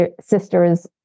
sister's